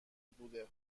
بوده